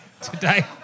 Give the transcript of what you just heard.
today